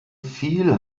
fiel